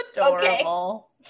adorable